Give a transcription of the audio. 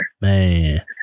Man